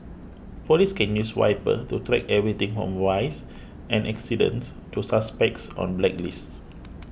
police can use Viper to track everything from vice and accidents to suspects on blacklists